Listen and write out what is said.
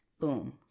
Boom